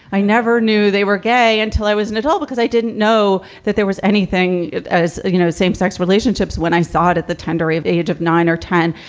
i never knew they were gay until i was an adult because i didn't know that there was anything. as you know, same sex relationships when i saw it at the tender age age of nine or ten.